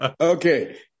okay